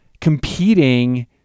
competing